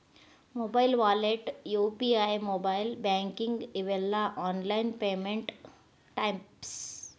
mobile wallet UPI mobile banking ಇವೆಲ್ಲ online payment types